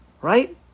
right